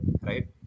right